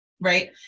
right